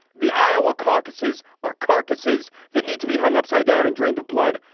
the iowa caucuses are carcasses that need to be hung upside down and drained of blood.